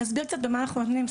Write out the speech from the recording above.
אני אסביר קצת מה אנחנו נותנים.